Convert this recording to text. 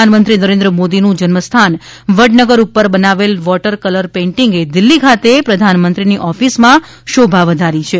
પ્રધાનમંત્રી નરેન્દ્ર મોદીનું જન્મસ્થાન વડનગર ઉપર બનાવેલ વોટર કલર પેઇન્ટિંગે દિલ્ફી ખાતે પ્રધાનમંત્રીની ઓફિસમાં શોભા વધારી છે